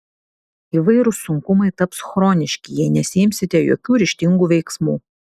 įvairūs sunkumai taps chroniški jei nesiimsite jokių ryžtingų veiksmų